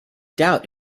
doubt